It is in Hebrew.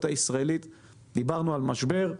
דיברנו על משבר,